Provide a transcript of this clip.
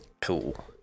cool